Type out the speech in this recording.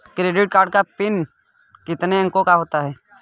Credit card का pin कितने अंकों का होता है?